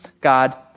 God